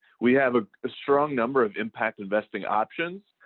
we have a strong number of impact investing options.